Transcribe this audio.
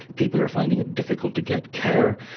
people are finding it difficult to get care.